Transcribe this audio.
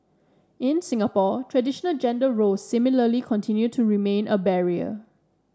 in Singapore traditional gender roles similarly continue to remain a barrier